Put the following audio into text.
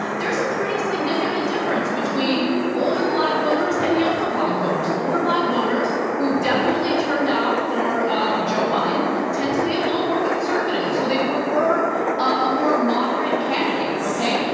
there's a pretty significant difference between older black voter and younger black voters. older black voters who definitely turned out for joe biden tend to be a little more conservative. so they prefer a more moderate candidate, okay?